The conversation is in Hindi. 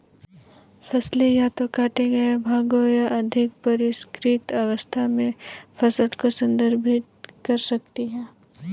फसलें या तो काटे गए भागों या अधिक परिष्कृत अवस्था में फसल को संदर्भित कर सकती हैं